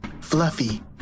Fluffy